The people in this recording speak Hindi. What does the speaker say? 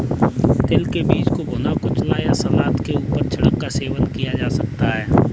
तिल के बीज को भुना, कुचला या सलाद के ऊपर छिड़क कर सेवन किया जा सकता है